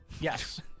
Yes